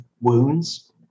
wounds